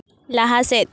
ᱞᱟᱦᱟ ᱥᱮᱫ